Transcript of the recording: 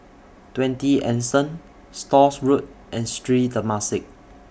twenty Anson Stores Road and Street Temasek